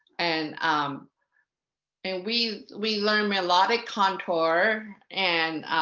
and um and we we learn melodic contour and